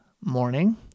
morning